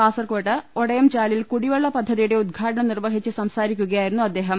കാസർകോട് ഒടയംചാലിൽ കുടിവെളള പദ്ധതിയുടെ ഉദ്ഘാടനം നിർവ്വഹിച്ച് സംസാരിക്കുകയായിരുന്നു അദ്ദേഹം